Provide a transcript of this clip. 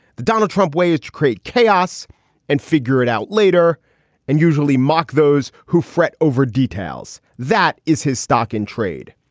the donald trump way is to create chaos and figure it out later and usually mock those who fret over details. that is his stock in trade.